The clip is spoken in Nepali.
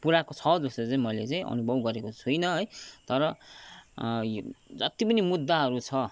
पुऱ्याएको छ जस्तो चाहिँ मैले चाहिँ अनुभव गरेको छुइनँ है तर यो जत्ति पनि मुद्दाहरू छ